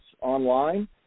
online